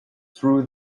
threw